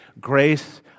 grace